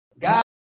God